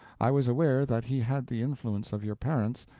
i was aware that he had the influence of your parents,